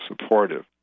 supportive